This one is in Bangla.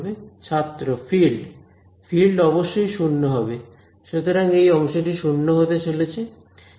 ছাত্র ফিল্ড ফিল্ড অবশ্যই 0 হবে সুতরাং এই অংশটি 0 হতে চলেছে